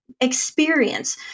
experience